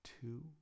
two